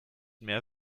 mehr